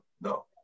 No